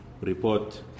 report